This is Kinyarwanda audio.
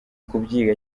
kubyiga